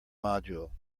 module